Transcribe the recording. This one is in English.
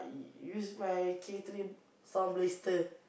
use my K three sound blaster